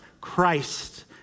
Christ